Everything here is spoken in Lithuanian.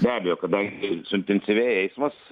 be abejo kadangi suintensyvėja eismas